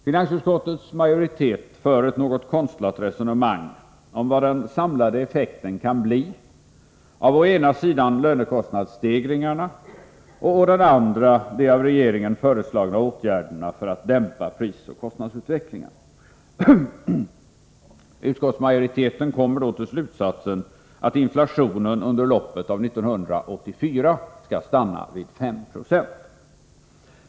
Finansutskottets majoritet för ett något konstlat resonemang om vad den samlade effekten kan bli av å ena sidan lönekostnadsstegringarna och å den andra de av regeringen föreslagna åtgärderna för att dämpa prisoch kostnadsutvecklingen. Utskottsmajoriteten kommer då till slutsatsen att inflationen under loppet av 1984 skall stanna vid 5 26.